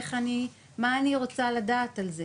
מה אני רוצה לדעת על זה